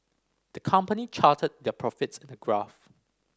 the company charted their profits in a graph